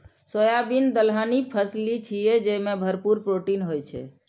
soybean दलहनी फसिल छियै, जेमे भरपूर प्रोटीन होइ छै